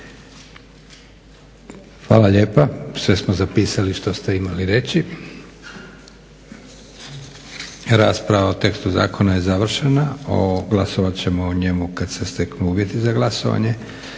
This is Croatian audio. Hvala lijepa. Sve smo zapisali što ste imali reći. Rasprava o tekstu zakona je završena. Glasovat ćemo o njemu kad se steknu uvjeti za glasovanje.